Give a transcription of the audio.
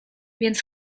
więc